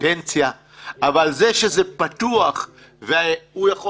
בקדנציה אבל זה שזה פתוח והוא יכול